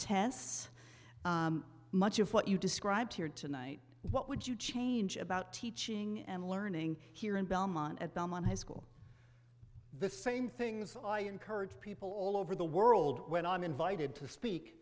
tests much of what you described here tonight what would you change about teaching and learning here in belmont at belmont high school the same things i encourage people all over the world when i'm invited to speak